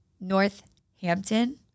Northampton